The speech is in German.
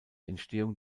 entstehung